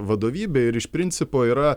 vadovybė ir iš principo yra